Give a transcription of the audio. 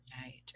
night